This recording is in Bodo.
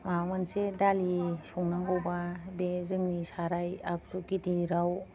माबा मोनसे दालि संनांगौबा बे जोंनि साराय आगजु गिदिरआव